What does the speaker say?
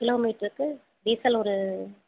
kilo மீட்டருக்கு diesel ஒரு